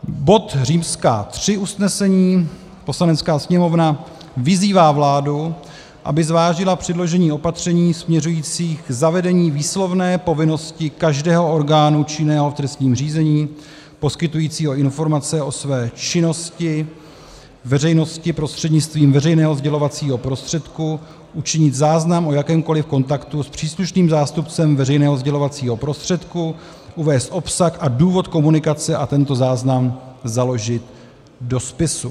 Bod III. usnesení: Poslanecká sněmovna vyzývá vládu, aby zvážila předložení opatření směřujících k zavedení výslovné povinnosti každého orgánu činného v trestním řízení poskytujícího informace o své činnosti veřejnosti prostřednictvím veřejného sdělovacího prostředku učinit záznam o jakémkoliv kontaktu s příslušným zástupcem veřejného sdělovacího prostředku, uvést obsah a důvod komunikace a tento záznam založit do spisu.